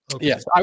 Yes